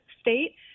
state